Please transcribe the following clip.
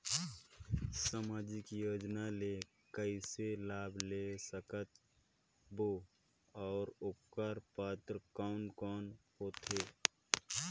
समाजिक योजना ले कइसे लाभ ले सकत बो और ओकर पात्र कोन कोन हो थे?